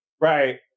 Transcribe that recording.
Right